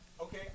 Okay